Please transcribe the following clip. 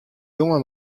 jonge